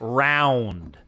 round